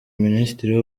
minisitiri